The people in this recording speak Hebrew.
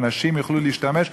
ואנשים יוכלו להשתמש,